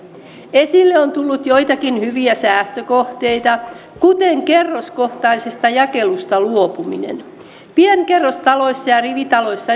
esille on tullut joitakin hyviä säästökohteita kuten kerroskohtaisesta jakelusta luopuminen pienkerrostaloissa ja rivitaloissa